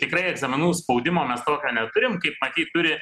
tikrai egzaminų spaudimo mes tokio neturim kaip matyt turi